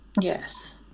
yes